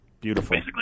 Beautiful